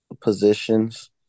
positions